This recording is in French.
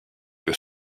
que